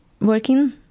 working